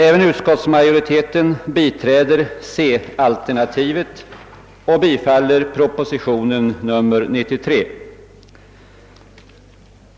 Även utskottsmajoriteten biträder C-alternativet och tillstyrker propositionen nr 93.